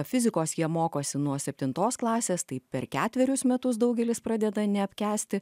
fizikos jie mokosi nuo septintos klasės tai per ketverius metus daugelis pradeda neapkęsti